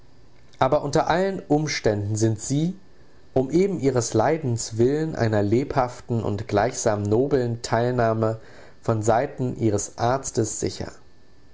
aber unter allen umständen sind sie um eben ihres leidens willen einer lebhaften und gleichsam nobeln teilnahme von seiten ihres arztes sicher